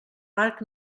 marc